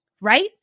right